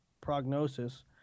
prognosis